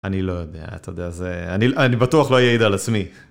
אני לא יודע, אתה יודע, זה... אני בטוח לא אעיד על עצמי.